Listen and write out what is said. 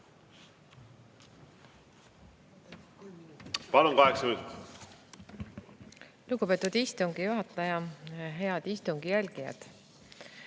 Palun! Kaheksa minutit. Lugupeetud istungi juhataja! Head istungi jälgijad!